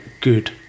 good